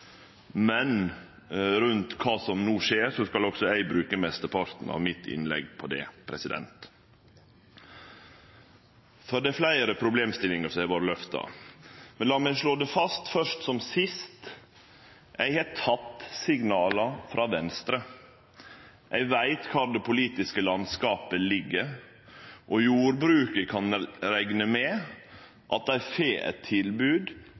men rundt kva som no skjer, skal òg eg bruke mesteparten av innlegget mitt på det. Det er fleire problemstillingar som har vore løfta, men lat meg først som sist slå fast: Eg har teke signala frå Venstre. Eg veit kvar det politiske landskapet ligg. Og jordbruket kan rekne med at dei får eit tilbod